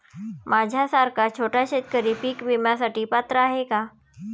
माझ्यासारखा छोटा शेतकरी पीक विम्यासाठी पात्र आहे का?